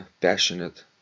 passionate